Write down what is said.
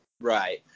Right